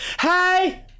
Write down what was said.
hey